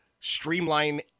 streamline